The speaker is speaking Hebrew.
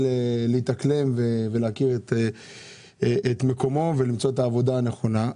להתאקלם ולמצוא את העבודה הנכונה.